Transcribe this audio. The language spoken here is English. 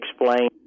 explain